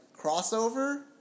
crossover